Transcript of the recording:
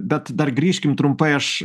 bet dar grįžkim trumpai aš